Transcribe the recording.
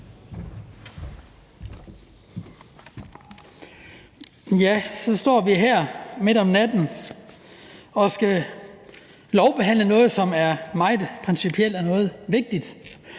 Så står vi her midt om natten og skal lovbehandle noget, som er meget principielt, og noget,